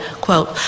Quote